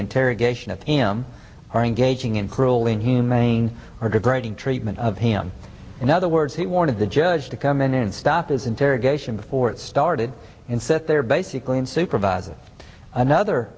interrogation of him or engaging in cruel inhumane or degrading treatment of him in other words he wanted the judge to come in and stop his interrogation before it started in sit there basically in supervising another